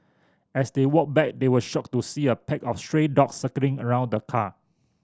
as they walked back they were shocked to see a pack of stray dogs circling around the car